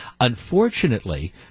unfortunately